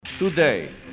Today